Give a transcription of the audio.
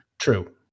true